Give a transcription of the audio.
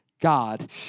God